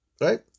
Right